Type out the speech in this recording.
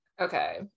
Okay